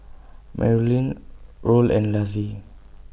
Marolyn Roll and Laci